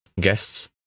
guests